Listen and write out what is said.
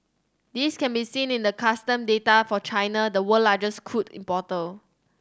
this can be seen in the custom data for China the world largest crude importer